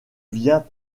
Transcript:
vient